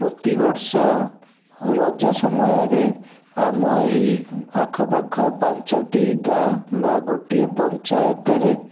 ପ୍ରତିବର୍ଷ ରଜ ସମୟରେ ଆମ ଏଇ ଆଖପାଖ ପାଞ୍ଚୋଟି ଗାଁ ବା ଗୋଟିଏ ପଞ୍ଚାୟତରେ